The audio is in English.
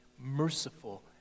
merciful